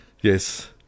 Yes